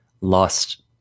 lost